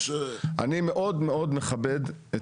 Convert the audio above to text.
אני מאוד מכבד,